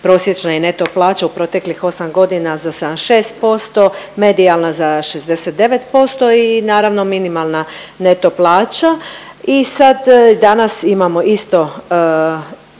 prosječna i neto plaća u proteklih 8 godina za 76%, medijalna za 69% i naravno, minimalna neto plaća i sad danas imamo isto veliki